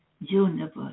universe